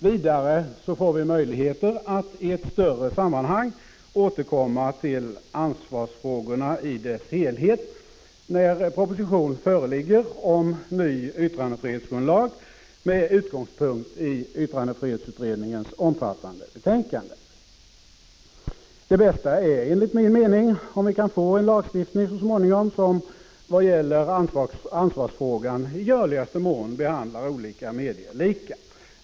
Vidare får vi möjligheter att i ett större sammanhang återkomma till ansvarsfrågorna i dess helhet när proposition föreligger om ny yttrandefrihetsgrundlag med utgångspunkt i yttrandefrihetsutredningens omfattande betänkande. Det bästa är, enligt min mening, om vi så småningom får en lagstiftning som när det gäller ansvarsfrågan i görligaste mån behandlar olika medier lika.